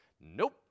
Nope